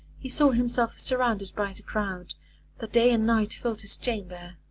he saw himself surrounded by the crowd that day and night filled his chamber,